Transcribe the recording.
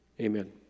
Amen